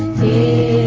the